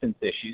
issues